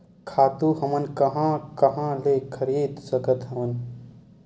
खातु हमन कहां कहा ले खरीद सकत हवन?